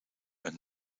een